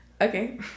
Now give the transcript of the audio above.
Okay